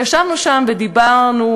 וישבנו שם ודיברנו,